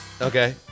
okay